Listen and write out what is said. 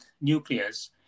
nucleus